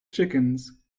chickens